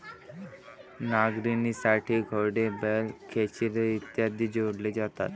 नांगरणीसाठी घोडे, बैल, खेचरे इत्यादी जोडले जातात